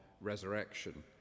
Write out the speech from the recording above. resurrection